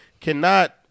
cannot-